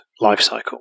lifecycle